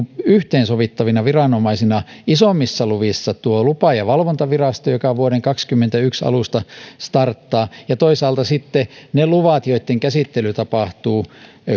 yhteensovittavana viranomaisena isommissa luvissa on lupa ja valvontavirasto joka vuoden kaksikymmentäyksi alusta starttaa ja toisaalta sitten niissä luvissa joitten käsittely tapahtuu